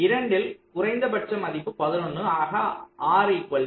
இரண்டில் குறைந்தபட்ச மதிப்பு 11 ஆக R 11